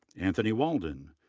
anthony walden,